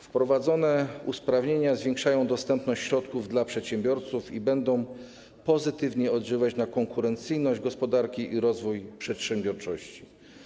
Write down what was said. Wprowadzone usprawnienia zwiększają dostępność środków dla przedsiębiorców i będą pozytywnie oddziaływać na konkurencyjność gospodarki i rozwój przedsiębiorczości.